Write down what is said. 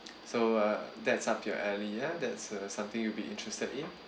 so uh that's up your alley ya that's uh something you'll be interested in